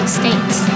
states